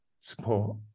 support